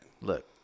Look